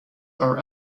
are